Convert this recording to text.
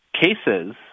cases